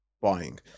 buying